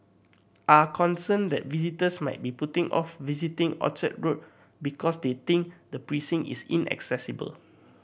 are concerned that visitors might be putting off visiting Orchard Road because they think the precinct is inaccessible